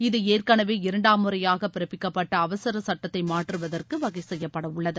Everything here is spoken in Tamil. இது ஏற்கனவே இரண்டாம் முறையாக பிறப்பிக்கப்பட்ட அவசர சுட்டத்தை மாற்றுவதற்கு வகை செய்யப்படவுள்ளது